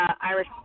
Irish